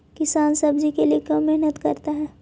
किसान सब्जी के लिए क्यों मेहनत करता है?